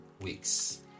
weeks